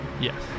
yes